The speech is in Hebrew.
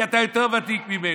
כי אתה יותר ותיק ממני.